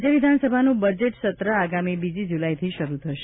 રાજ્ય વિધાનસભાનું બજેટ સત્ર આગામી બીજી જુલાઇથી શરૂ થશે